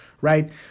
Right